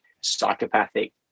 psychopathic